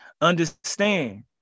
Understand